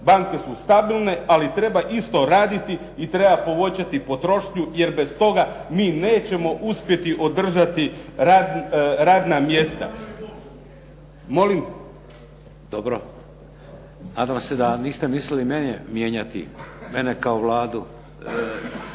banke su stabilne ali treba isto raditi i treba povećati potrošnju jer bez toga mi nećemo uspjeti održati radna mjesta. …/Upadica se ne čuje./… Molim? **Šeks, Vladimir (HDZ)** Dobro. Nadam se da niste mislili mene mijenjati, mene kao Vladu.